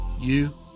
You